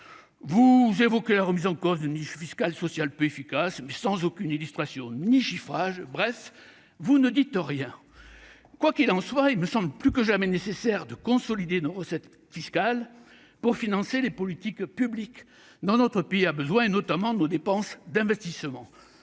vous évoquez la remise en cause de niches fiscales et sociales peu efficaces, mais sans aucune illustration ni chiffrage. Bref, vous ne dites rien ! Quoi qu'il en soit, il me semble plus que jamais nécessaire de consolider nos recettes fiscales pour financer les politiques publiques dont notre pays a besoin, notamment en matière d'investissements.